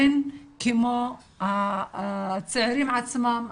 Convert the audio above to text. אין כמו הצעירים עצמם,